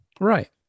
Right